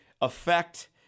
affect